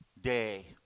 day